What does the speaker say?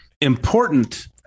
important